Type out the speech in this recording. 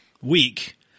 week